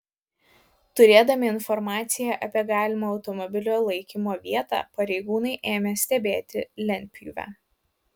turėdami informaciją apie galimą automobilio laikymo vietą pareigūnai ėmė stebėti lentpjūvę